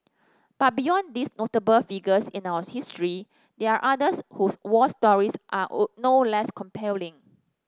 but beyond these notable figures in our history there are others whose war stories are oh no less compelling